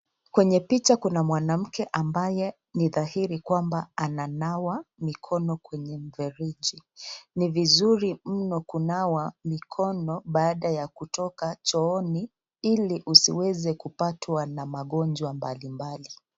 Kwenye picha kuna mwanamke ambaye ni dhairi kwamba ananawa mikono kwenye mfereji. Ni vizuri mno kunawa mikono baada ya kutoka chooni ili usiweze kupatwa na magonjwa mbalimbali.